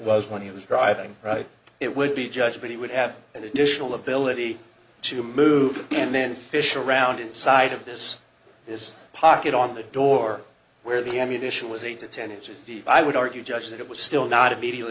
was when he was driving right it would be judged but he would have an additional ability to move and then fish around inside of this this pocket on the door where the ammunition was eight to ten inches deep i would argue just that it was still not immediately